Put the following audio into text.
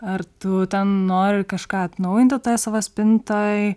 ar tu ten nori kažką atnaujinti toje savo spintoj